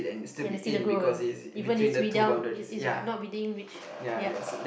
and they still to go even is without is not reading reach ya